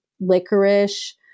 licorice